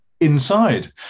inside